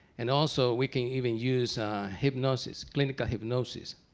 and also we can even use hypnosis, clinical hypnosis.